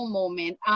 moment